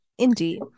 Indeed